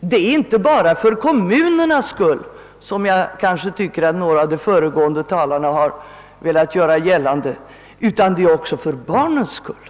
Detta bör inte bara ske — såsom jag tycker att några av de föregående talarna här velat göra gällande — för kommunernas skull utan också för barnens skull.